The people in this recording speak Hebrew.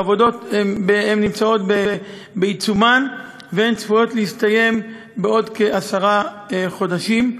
העבודות נמצאות בעיצומן והן צפויות להסתיים בעוד כעשרה חודשים.